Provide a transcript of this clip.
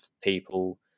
people